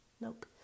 Nope